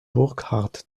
burckhardt